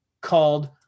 called